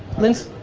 linds